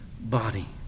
body